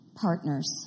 partners